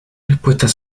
respuestas